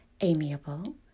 amiable